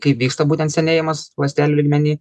kaip vyksta būtent senėjimas ląstelių lygmeny